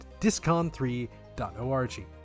Discon3.org